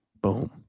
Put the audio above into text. boom